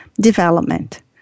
development